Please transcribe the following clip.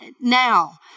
now